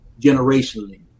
generationally